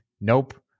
Nope